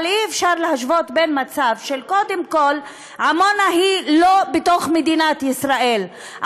אבל אי-אפשר להשוות: קודם כול עמונה היא לא בתוך מדינת ישראל,